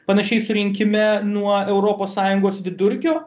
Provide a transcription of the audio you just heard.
panašiai surinkime nuo europos sąjungos vidurkio